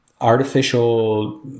artificial